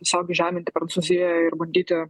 tiesiog žeminti prancūziją ir bandyti